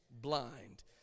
blind